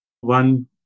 one